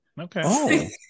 Okay